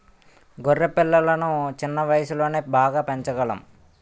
గొర్రె పిల్లలను చిన్న వయసులోనే బాగా పెంచగలం